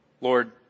Lord